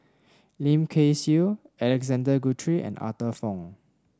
Lim Kay Siu Alexander Guthrie and Arthur Fong